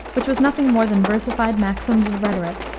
which was nothing more than versified maxims of rhetoric,